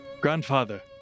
Grandfather